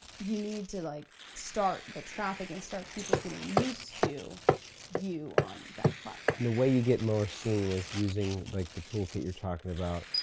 you need to like start the traffic, and start people getting used to you on that platform. and the way you get more seen is using like the toolkit you're talkin' about,